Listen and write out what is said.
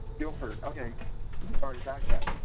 guilford okay sorry bad guess.